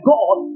God